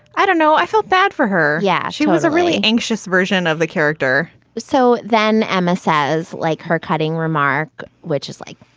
i don't know. i feel bad for her. yeah, she was a really anxious version of the character so then emma says, like her cutting remark, which is like,